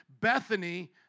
Bethany